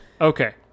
Okay